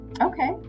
okay